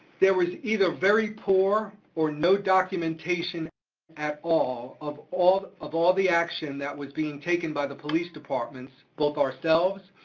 there was either very poor or no documentation at all of all of all the action that was being taken by the police departments, both ourselves,